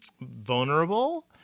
vulnerable